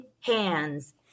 hands